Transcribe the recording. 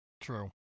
True